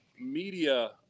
media